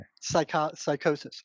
psychosis